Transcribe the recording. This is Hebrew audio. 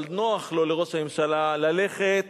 אבל נוח לו לראש הממשלה ללכת